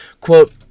Quote